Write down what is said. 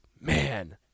man